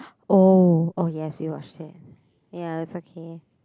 oh oh yes you watched it ya it was okay